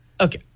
Okay